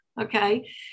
okay